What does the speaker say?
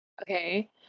Okay